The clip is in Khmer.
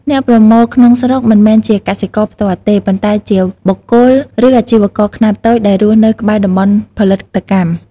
អ្នកប្រមូលក្នុងស្រុកមិនមែនជាកសិករផ្ទាល់ទេ ប៉ុន្តែជាបុគ្គល ឬអាជីវករខ្នាតតូចដែលរស់នៅក្បែរតំបន់ផលិតកម្ម។